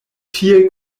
tiel